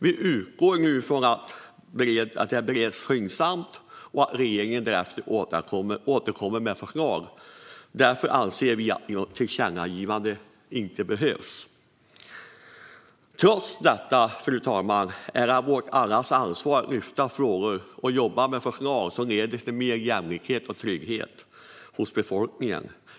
Vi utgår från att detta bereds skyndsamt och att regeringen därefter återkommer med förslag. Därför anser vi att ett tillkännagivande inte behövs. Trots detta, fru talman, är det allas vårt ansvar att lyfta fram frågor och jobba med förslag som leder till mer jämlikhet och trygghet hos befolkningen.